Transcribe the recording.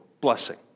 blessing